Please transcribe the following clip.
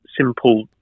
simple